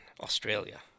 Australia